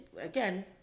again